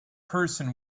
person